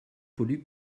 pollue